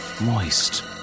moist